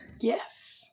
Yes